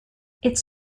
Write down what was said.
its